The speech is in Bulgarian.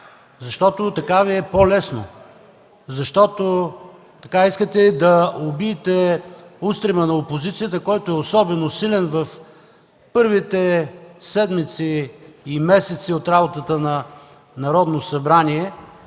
Защото така Ви е по-лесно! Защото така искате да убиете устрема на опозицията, който е особено силен в първите седмици и месеци от работата на Народното събрание,